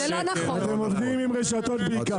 אתם עובדים עם רשתות בעיקר.